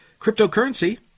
Cryptocurrency